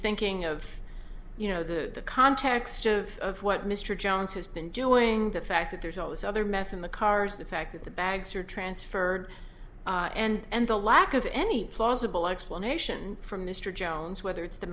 thinking of you know the context of what mr jones has been doing the fact that there's always other meth in the cars the fact that the bags are transferred and the lack of any plausible explanation for mr jones whether it's the